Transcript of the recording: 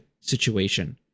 situation